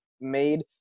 made